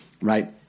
right